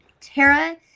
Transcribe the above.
Tara